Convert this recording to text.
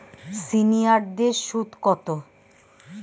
সিনিয়ারদের সুদ কত?